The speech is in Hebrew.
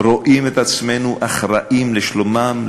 רואים את עצמנו אחראים לשלומם,